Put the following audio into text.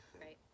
right